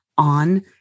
On